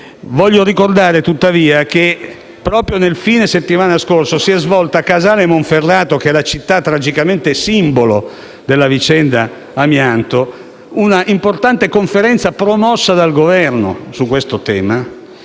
solo ricordare, tuttavia, che proprio nel fine settimana scorso si è svolta a Casale Monferrato, che è la città tragicamente simbolo della vicenda "amianto", una importante conferenza promossa dal Governo, sul tema